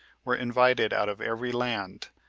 were invited out of every land,